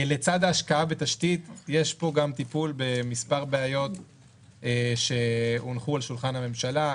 לצד ההשקעה בתשתית יש פה גם טיפול במספר בעיות שהונחו על שולחן הממשלה,